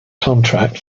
contract